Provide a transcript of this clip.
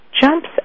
jumps